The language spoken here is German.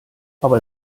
aber